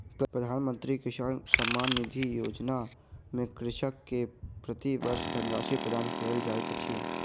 प्रधानमंत्री किसान सम्मान निधि योजना में कृषक के प्रति वर्ष धनराशि प्रदान कयल जाइत अछि